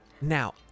Now